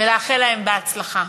ולאחל להם: בהצלחה,